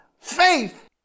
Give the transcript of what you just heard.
faith